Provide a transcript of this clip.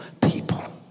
people